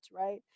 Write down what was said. right